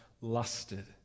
lusted